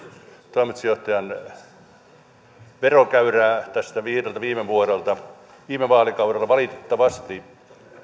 toimitusjohtajan esiintuomaa verokäyrää viideltä viime vuodelta viime vaalikaudella valitettavasti